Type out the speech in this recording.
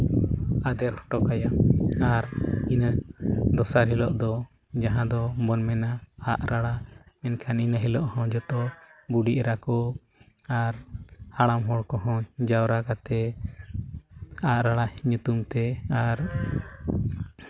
ᱟᱫᱮᱨ ᱦᱚᱴᱚ ᱠᱟᱭᱟ ᱟᱨ ᱤᱱᱟᱹ ᱫᱚᱥᱟᱨ ᱦᱤᱞᱳᱜ ᱫᱚ ᱡᱟᱦᱟᱸ ᱫᱚᱵᱚᱱ ᱢᱮᱱᱟ ᱟᱜ ᱨᱟᱲᱟ ᱢᱮᱱᱠᱷᱟᱱ ᱮᱱ ᱦᱤᱞᱳᱜ ᱦᱚᱸ ᱡᱚᱛᱚ ᱵᱩᱰᱷᱤ ᱮᱨᱟ ᱠᱚ ᱟᱨ ᱦᱟᱲᱟᱢ ᱦᱚᱲ ᱠᱚᱦᱚᱸ ᱡᱟᱣᱨᱟ ᱠᱟᱛᱮ ᱟᱨ ᱚᱱᱟ ᱧᱩᱛᱩᱢ ᱛᱮ ᱟᱨ